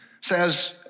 says